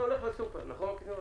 אתה הולך לסופר לקניות,